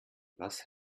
was